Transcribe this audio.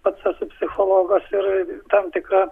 pats esu psichologas ir tam tikra